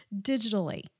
digitally